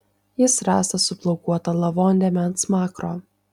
jis rastas su plaukuota lavondėme ant smakro